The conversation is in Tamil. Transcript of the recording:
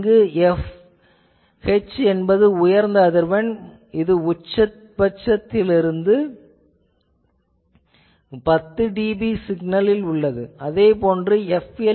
இங்கு fH என்பது உயர்ந்த அதிர்வெண் இதில் உச்சபட்சத்திலிருந்து 10 dB சிக்னல் உள்ளது அதேபோன்று fL